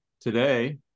today